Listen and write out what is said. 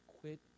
quit